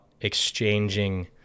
exchanging